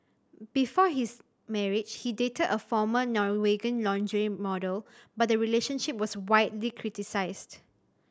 before his marriage he dated a former Norwegian lingerie model but the relationship was widely criticised